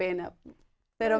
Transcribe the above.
been up there